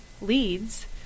leads